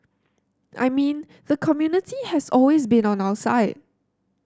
I mean the community has always been on our side